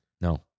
No